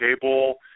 cable